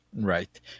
Right